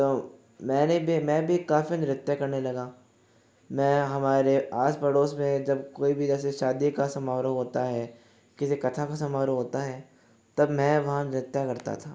मैंने भी मैं भी काफ़ी नृत्य करने लगा मैं हमारे पास पड़ोस में जब कोई भी जैसे शादी का समारोह होता है किसी कथा का समारोह होता है तब मैं वहाँ नृत्य करता था